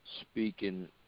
speaking